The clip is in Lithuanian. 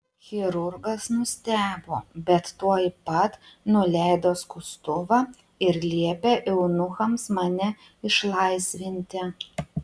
chirurgas nustebo bet tuoj pat nuleido skustuvą ir liepė eunuchams mane išlaisvinti